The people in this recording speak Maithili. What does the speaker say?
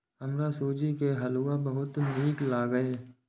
हमरा सूजी के हलुआ बहुत नीक लागैए